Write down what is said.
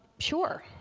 sure.